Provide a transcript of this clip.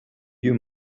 you